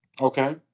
Okay